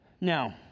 Now